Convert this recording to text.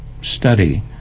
study